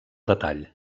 detall